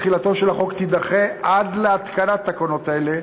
תחילתו של החוק תידחה עד להתקנת תקנות אלה,